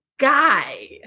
guy